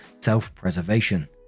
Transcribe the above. self-preservation